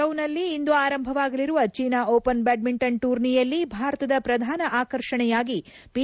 ಚೀನಾದ ಚಾಂಗ್ ಜೌನಲ್ಲಿ ಇಂದು ಆರಂಭವಾಗಲಿರುವ ಚೀನಾ ಓಪನ್ ಬ್ಯಾಡ್ಮಿಂಟನ್ ಟೂರ್ನಿಯಲ್ಲಿ ಭಾರತದ ಪ್ರಧಾನ ಆಕರ್ಷಣೆಯಾಗಿ ಪಿ